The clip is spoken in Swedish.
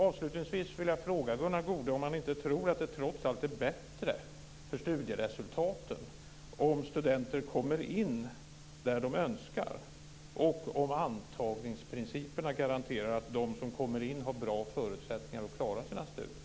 Avslutningsvis vill jag fråga Gunnar Goude om han inte tror att det trots allt är bättre för studieresultaten om studenter kommer in där de önskar och om antagningsprinciperna garanterar att de som kommer in har bra förutsättningar att klara sina studier.